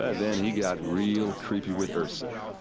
ah then he got real creepy with ersa.